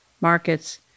markets